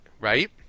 right